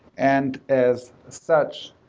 and as such,